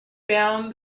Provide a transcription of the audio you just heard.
found